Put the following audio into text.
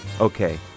Okay